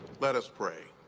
let us pray.